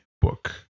book